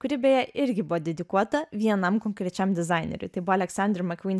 kuri beje irgi buvo dedikuota vienam konkrečiam dizaineriui tai buvo aleksander makvyn